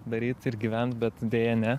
daryt ir gyvent bet deja ne